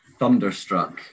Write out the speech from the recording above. Thunderstruck